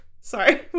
Sorry